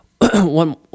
one